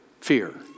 fear